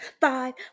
Five